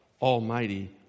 almighty